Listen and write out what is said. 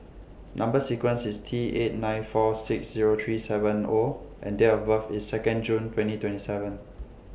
Number sequence IS T eight nine four six Zero three seven O and Date of birth IS Second June twenty twenty seven